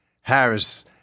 Harris